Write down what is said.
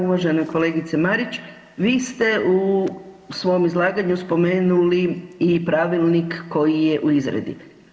Uvažena kolegice Marić, vi ste u svom izlaganju spomenuli i pravilnik koji je u izradi.